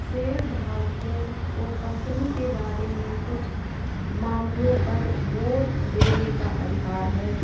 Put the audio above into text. शेयरधारकों को कंपनी के बारे में कुछ मामलों पर वोट देने का अधिकार है